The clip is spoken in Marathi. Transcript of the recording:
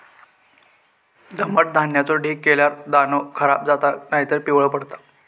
दमट धान्याचो ढीग केल्यार दाणो खराब जाता नायतर पिवळो पडता